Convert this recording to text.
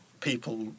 people